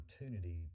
opportunity